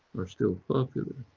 are still popular